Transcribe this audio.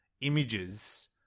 images